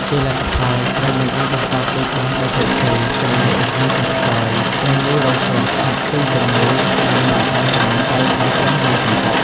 ជាលទ្ធផល ត្រីមិនអាចបន្តពូជបានដោយជោគជ័យ ចំណីអាហារចុះខ្សោយ និងងាយរងគ្រោះថ្នាក់ពីជំងឺ ដែលនាំឱ្យចំនួនត្រីថយចុះយ៉ាងគំហុក។